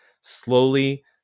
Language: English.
slowly